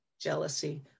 jealousy